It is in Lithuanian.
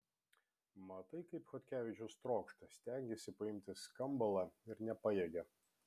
matai kaip chodkevičius trokšta stengiasi paimti skambalą ir nepajėgia